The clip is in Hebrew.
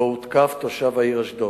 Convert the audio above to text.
שבו הותקף תושב העיר אשדוד.